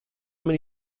many